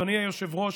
אדוני היושב-ראש,